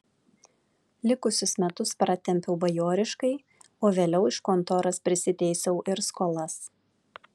likusius metus pratempiau bajoriškai o vėliau iš kontoros prisiteisiau ir skolas